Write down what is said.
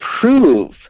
prove